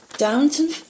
Downton